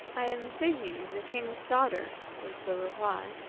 i am signy, the king's daughter was the reply.